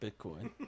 Bitcoin